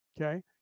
Okay